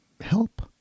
help